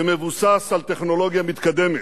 שמבוסס על טכנולוגיה מתקדמת.